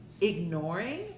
ignoring